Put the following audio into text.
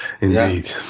Indeed